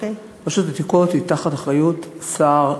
רשות העתיקות היא תחת אחריות שר,